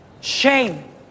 shame